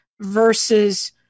versus